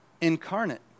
incarnate